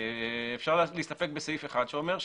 אפשר להסתפק בסעיף אחד שאומר,